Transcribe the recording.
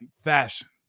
fashion